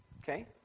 Okay